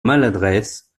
maladresse